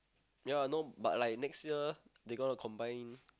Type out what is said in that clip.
ya no but like next year they gonna combine